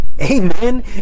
amen